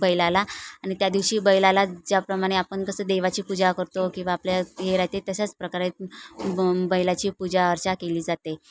बैलाला आणि त्या दिवशी बैलाला ज्याप्रमाणे आपण कसं देवाची पूजा करतो किंवा आपल्या हे राहते तशाच प्रकारे ब बैलाची पूजा अर्चा केली जाते